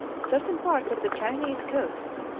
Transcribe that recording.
certain parts of the chinese coasts,